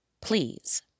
please